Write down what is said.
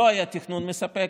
לא היה תכנון מספק,